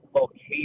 location